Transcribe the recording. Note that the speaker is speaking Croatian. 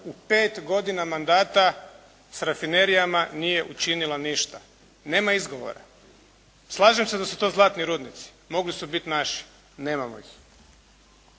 u 5 godina mandata sa rafinerijama nije učinila ništa. Nema izgovora. Slažem se da su to zlatni rudnici, mogli su biti naši. Nemamo ih.